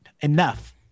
enough